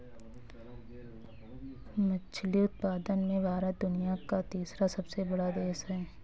मछली उत्पादन में भारत दुनिया का तीसरा सबसे बड़ा देश है